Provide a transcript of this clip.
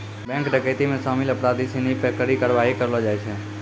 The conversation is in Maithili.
बैंक डकैती मे शामिल अपराधी सिनी पे कड़ी कारवाही करलो जाय छै